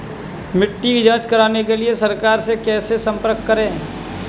मिट्टी की जांच कराने के लिए सरकार से कैसे संपर्क करें?